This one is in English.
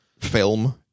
film